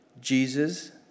Jesus